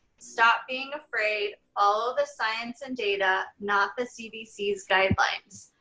stop being afraid. all of the science and data, not the cdc's guidelines.